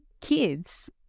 kids